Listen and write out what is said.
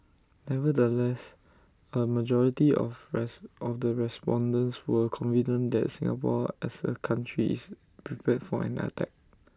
nevertheless A majority of of the respondents were confident that Singapore as A country is prepared for an attack